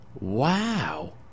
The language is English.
Wow